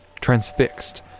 transfixed